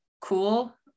cool